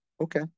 Okay